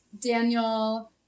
Daniel